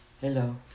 Hello